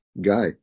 guy